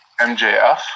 MJF